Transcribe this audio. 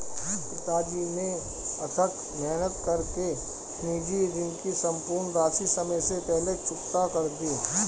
पिताजी ने अथक मेहनत कर के निजी ऋण की सम्पूर्ण राशि समय से पहले चुकता कर दी